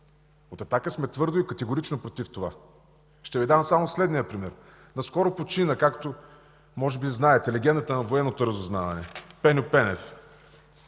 От „Атака” сме твърдо и категорично против това. Ще Ви дам само следния пример. Наскоро почина, както може би знаете, легендата на Военното разузнаване Пеньо Пенев,